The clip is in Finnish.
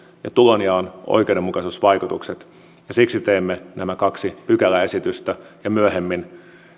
ja tulonjaon oikeudenmukaisuusvaikutukset siksi teemme nämä kaksi pykäläesitystä ja myöhemmin